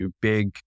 big